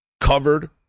Covered